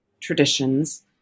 traditions